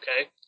okay